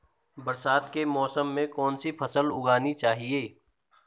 बरसात के मौसम में कौन सी फसल उगानी चाहिए?